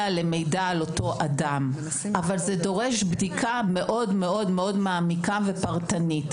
למידע על אותו אדם אבל זה דורש בדיקה מאוד מאוד מעמיקה ופרטנית,